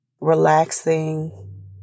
relaxing